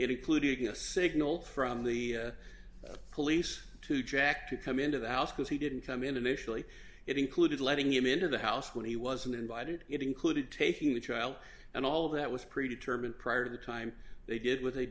including a signal from the police to jack to come into the house because he didn't come in additionally it included letting him into the house when he wasn't invited it included taking the trial and all of that was predetermined prior to the time they did with they